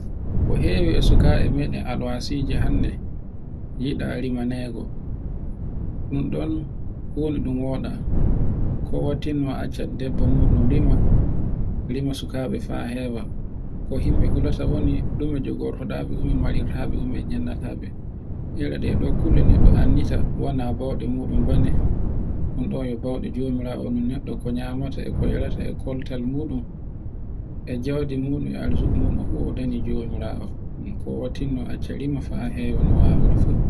Ko hewi e sukaɓe maden alwasije hannde, yiɗa rimanego ɗun ɗon funa ɗun woɗa ko waccinna a acca debbo muɗum rima sukaɓe faa hewa. Himbe hulata woni ɗume jogorto ɗa ɓe, ɗume jonnortaɓe. Ire nde to kulle neɗɗo e anditai wana bawɗen moɗum bane. Unɗon un bawɗe jomirawo neɗɗo ko nyamata, e koyarta e koltal muɗun e jawdu moɗum e arzika muɗum fu o dane jomirawoo. ko wattino acca rima fa hewa no wawiri fu.